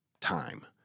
time